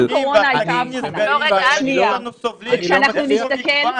אבל ------ צריך לקחת --- קורונה,